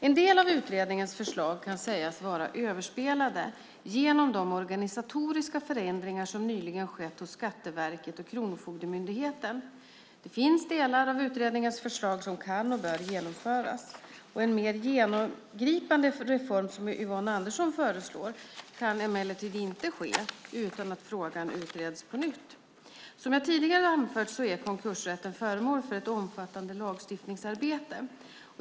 En del av utredningens förslag kan sägas vara överspelade genom de organisatoriska förändringar som nyligen skett hos Skatteverket och Kronofogdemyndigheten. Det finns delar av utredningens förslag som kan och bör genomföras. En mer genomgripande reform, som Yvonne Andersson föreslår, kan emellertid inte ske utan att frågan utreds på nytt. Som jag tidigare anfört är konkursrätten föremål för ett omfattande lagstiftningsarbete.